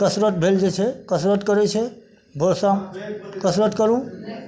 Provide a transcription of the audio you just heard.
कसरत भेल जे छै कसरत करै छै भोर शाम कसरत करू